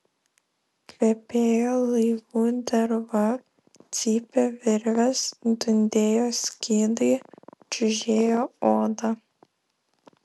kvepėjo laivų derva cypė virvės dundėjo skydai čiužėjo oda